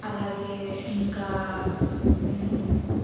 అలాగే ఇంకా